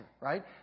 right